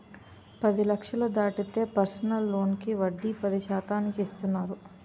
పది లక్షలు దాటితే పర్సనల్ లోనుకి వడ్డీ పది శాతానికి ఇస్తున్నారు